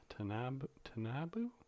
Tanabu